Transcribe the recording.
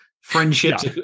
friendships